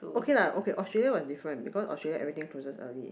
okay lah okay Australia was different because Australia everything closes early